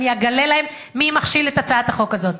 אני אגלה להם מי מכשיל את הצעת החוק הזאת.